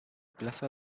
plaza